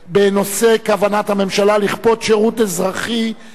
בנושא: כוונת הממשלה לכפות שירות אזרחי-לאומי.